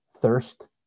thirst